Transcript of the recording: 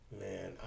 man